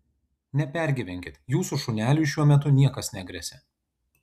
nepergyvenkit jūsų šuneliui šiuo metu niekas negresia